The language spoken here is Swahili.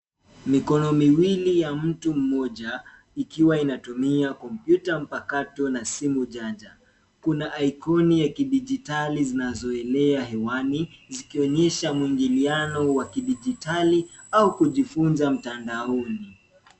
Mikono miwili ya mtu mmoja ikiwa inatumia kompyuta mpakato na simu jaja. Kuna ikoni ya kidijitali zinazoelea hewani zikionyesha mwingiliano wa kidijitali au kujifunza mtandaoni.